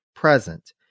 Present